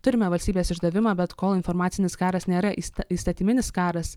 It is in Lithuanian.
turime valstybės išdavimą bet kol informacinis karas nėra įsta įstatyminis karas